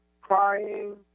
crying